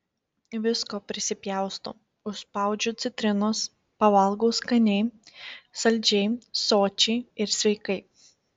visko prisipjaustau užspaudžiu citrinos pavalgau skaniai saldžiai sočiai ir sveikai